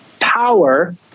power